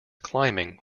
climbing